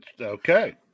Okay